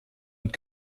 und